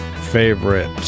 favorite